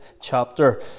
chapter